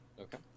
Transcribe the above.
Okay